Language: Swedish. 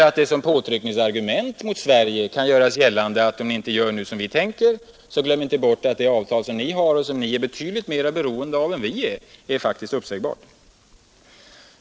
Ett påtryckningsargument mot Sverige kan också bli att om Sverige inte gör vad som begärs så kan det avtal som Sverige har och som Sverige är betydligt mera beroende av än motparten faktiskt sägas upp.